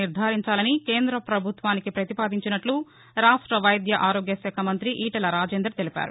నిర్ధారించాలని కేంద్ర ప్రభుత్వానికి ప్రతిపాదించినట్టు రాష్ట్ర వైద్య ఆరోగ్య శాఖ మంత్రి ఈటెల రాజేందర్ తెలిపారు